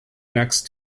next